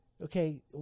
Okay